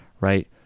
right